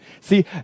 See